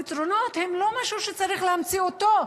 הפתרונות הם לא משהו שצריך להמציא אותו.